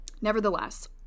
Nevertheless